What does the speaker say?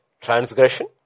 transgression